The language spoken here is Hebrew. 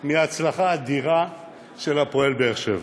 מההצלחה האדירה של הפועל באר שבע.